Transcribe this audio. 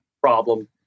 problem